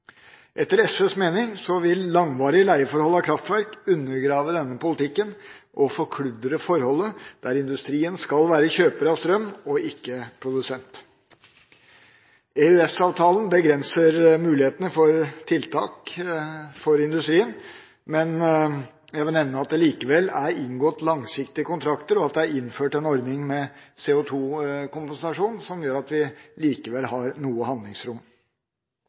Etter SVs mening vil langvarige leieforhold av kraftverk undergrave denne politikken og forkludre forholdet der industrien skal være kjøper av strøm og ikke produsent. EØS-avtalen begrenser mulighetene for tiltak for industrien, men jeg vil nevne at det likevel er inngått langsiktige kontrakter, og at det er innført en ordning med CO2-kompensasjon som gjør at vi likevel har noe handlingsrom.